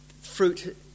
fruit